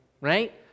right